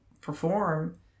perform